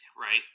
Right